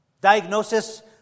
Diagnosis